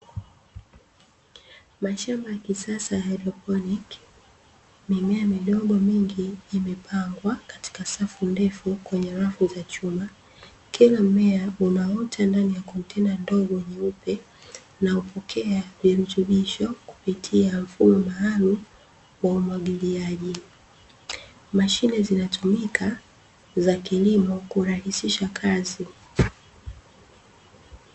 Mashamba ya kisasa ya "haidroponiki", mimea midogo mingi imepangwa katika safu refu kwenye rafu za chuma, kila mmea unaota ndani ya kontena ndogo nyeupe, na hupokea virutubisho kupitia mfumo maalumu wa umwagiliaji, mashine zinatumika za kilimo kurahisisha kazi.